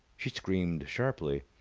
she screamed sharply.